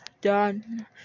done